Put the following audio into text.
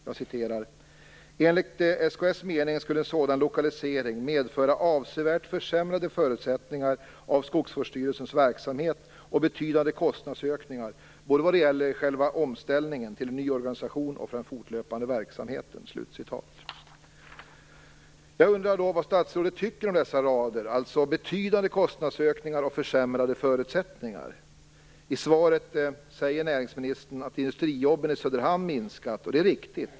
Det heter där: "Enligt SKS mening skulle en sådan lokalisering medföra avsevärt försämrade förutsättningar av skogsvårdsstyrelsens verksamhet och betydande kostnadsökningar, både vad det gäller själva omställningen till en ny organisation och för den fortlöpande verksamheten." Jag undrar vad statsrådet tycker om dessa rader, där det talas om betydande kostnadsökningar och försämrade förutsättningar. Söderhamn minskat, och det är riktigt.